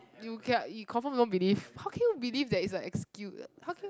you kia you confirm don't believe how can you believe that it's an excuse how to